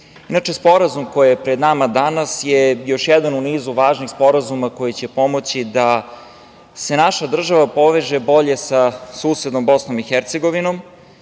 Sporazum koji je danas pred nama je još jedan u nizu važnih sporazuma koji će pomoći da se naša država poveže bolje sa susednom Bosnom i Hercegovinom